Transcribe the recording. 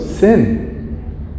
sin